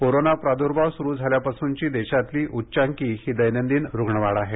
corona प्रादुर्भाव सुरू झाल्यापासूनची ही देशातली उच्चांकी दैनदिन रुग्ण वाढ आहे